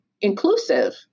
inclusive